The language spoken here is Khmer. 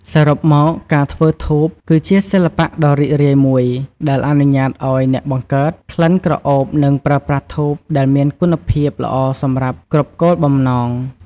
សរុបមកការធ្វើធូប គឺជាសិល្បៈដ៏រីករាយមួយ ដែលអនុញ្ញាតឱ្យអ្នកបង្កើតក្លិនក្រអូបនិងប្រើប្រាស់ធូបដែលមានគុណភាពល្អសម្រាប់គ្រប់គោលបំណង។